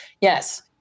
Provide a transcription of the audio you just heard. yes